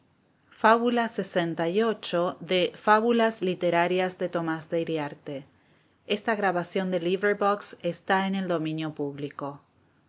fábulas literarias de tomás de iriarte edición arreglada por jaime fitzmaurice kelly en las